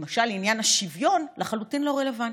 למשל, עניין השוויון לחלוטין לא רלוונטי.